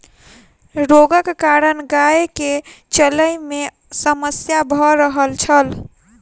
रोगक कारण गाय के चलै में समस्या भ रहल छल